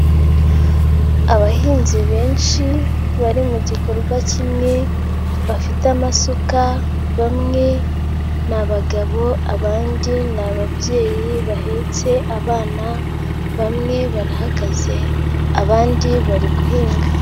Abahinzi benshi, bari mu gikorwa kimwe, bafite amasuka, bamwe ni abagabo, abandi ni ababyeyi bahetse abana, bamwe barahagaze abandi bari guhinga.